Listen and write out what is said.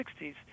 1960s